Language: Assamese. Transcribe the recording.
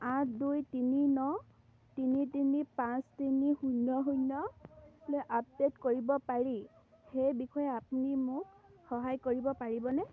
আঠ দুই তিনি ন তিনি তিনি পাঁচ তিনি শূন্য শূন্যলৈ আপডেট কৰিব পাৰি সেই বিষয়ে আপুনি মোক সহায় কৰিব পাৰিবনে